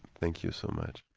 thank you so much.